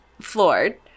floored